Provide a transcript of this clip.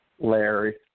Larry